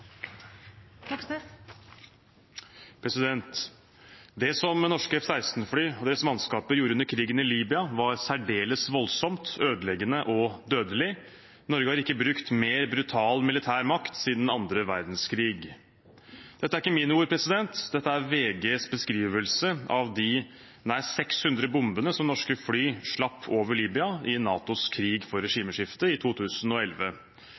norske F16-fly og deres mannskaper gjorde under krigen i Libya, var særdeles voldsomt, ødeleggende og dødelig. Norge har ikke brukt mer brutal, militær makt siden andre verdenskrig.» Dette er ikke mine ord, dette er VGs beskrivelse av de nær 600 bombene som norske fly slapp over Libya i NATOs krig for regimeskifte i 2011.